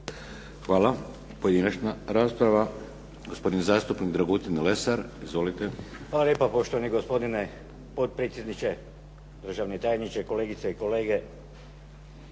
Hvala. Pojedinačna rasprava, gospodin zastupnik Dragutin Lesar. Izvolite. **Lesar, Dragutin (Nezavisni)** Hvala lijepa poštovani gospodine potpredsjedniče, državni tajniče, kolegice i kolege.